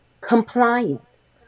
Compliance